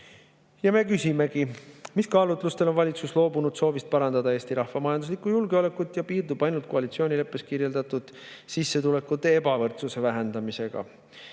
küsimused]. Mis kaalutlustel on valitsus loobunud soovist parandada Eesti rahva majanduslikku julgeolekut ja piirdub ainult koalitsioonileppes kirjeldatud sissetulekute ebavõrdsuse vähendamisega?